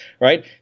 right